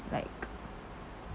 like